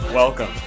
Welcome